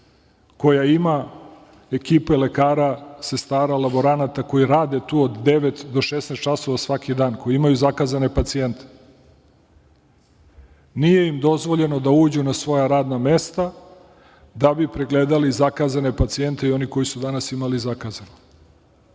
koja ima ekipe lekara, sestara, laboranata, koji rade tu od 9.00 do 16.00 časova svaki dan, koji imaju zakazane pacijente, nije im dozvoljeno da uđu na svoja radna mesta, da bi pregledali zakazane pacijente i one koji su danas imali zakazano. Ko